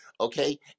okay